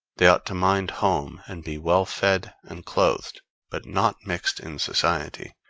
they ought to mind home and be well fed and clothed but not mixed in society.